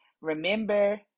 Remember